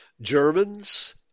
Germans